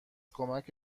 کمک